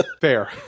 Fair